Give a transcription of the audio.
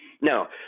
now